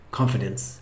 confidence